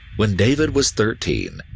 when david was thirteen,